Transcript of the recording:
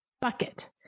bucket